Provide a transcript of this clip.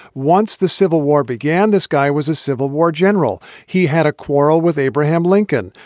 once the civil war began, this guy was a civil war general. he had a quarrel with abraham lincoln.